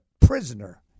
prisoner